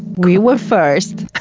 we were first,